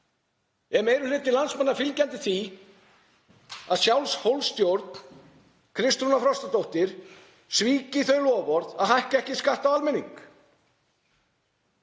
Er meiri hluti landsmanna fylgjandi því að sjálfshólsstjórn Kristrúnar Frostadóttur svíki þau loforð að hækka ekki skatta á almenning?